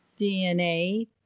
DNA